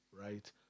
right